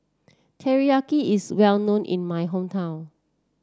teriyaki is well known in my hometown